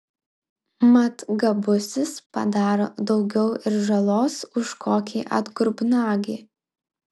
mat gabusis padaro daugiau ir žalos už kokį atgrubnagį